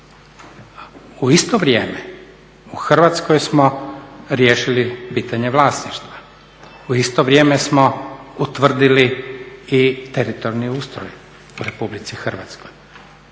U isto vrijeme u Hrvatskoj smo riješili pitanje vlasništva, u isto vrijeme smo utvrdili i teritorijalni ustroj u RH, ali ono